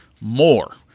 more